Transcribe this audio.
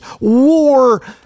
war